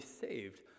saved